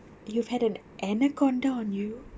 you've had an anaconda on you